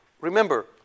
remember